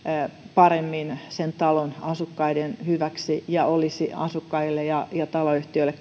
paremmin sen talon asukkaiden hyväksi ja olisi asukkaille ja ja taloyhtiöille